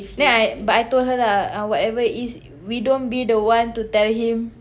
then I but I told her lah uh whatever it is we don't be the one to tell him